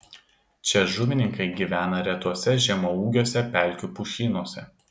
čia žuvininkai gyvena retuose žemaūgiuose pelkių pušynuose